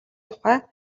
тухай